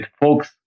folks